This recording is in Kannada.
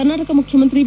ಕರ್ನಾಟಕ ಮುಖ್ಯಮಂತ್ರಿ ಬಿ